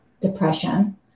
depression